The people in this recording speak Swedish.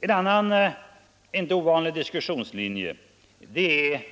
En annan inte ovanlig diskussionslinje är